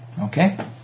Okay